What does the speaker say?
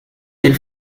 del